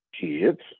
Kids